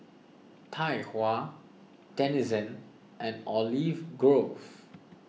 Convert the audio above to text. Tai Hua Denizen and Olive Grove